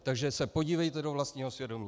Takže se podívejte do vlastního svědomí.